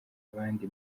abandi